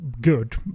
good